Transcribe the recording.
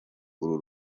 uru